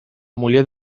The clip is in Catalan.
muller